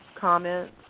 comments